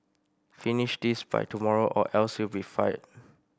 finish this by tomorrow or else you'll be fired